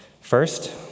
First